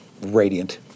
radiant